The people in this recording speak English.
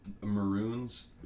maroons